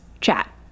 chat